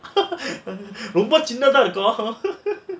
ரொம்ப சின்னதா இருக்கும்:romba chinnathaa irukkum